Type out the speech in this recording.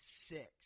six